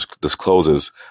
discloses